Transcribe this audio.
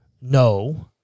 no